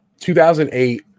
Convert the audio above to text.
2008